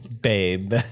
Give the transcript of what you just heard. Babe